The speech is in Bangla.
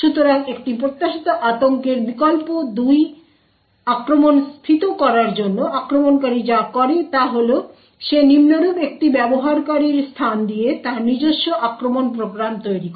সুতরাং একটি প্রত্যাশিত আতঙ্কের বিকল্প 2 আক্রমণ স্ফীত করার জন্য আক্রমণকারী যা করে তা হল সে নিম্নরূপ একটি ব্যবহারকারীর স্থান দিয়ে তার নিজস্ব আক্রমণ প্রোগ্রাম তৈরি করে